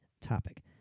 topic